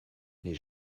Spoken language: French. les